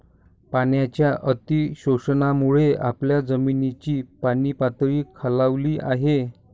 पाण्याच्या अतिशोषणामुळे आपल्या जमिनीची पाणीपातळी खालावली आहे